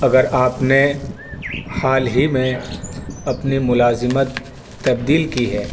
اگر آپ نے حال ہی میں اپنی ملازمت تبدیل کی ہے